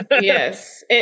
Yes